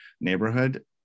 neighborhood